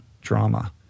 drama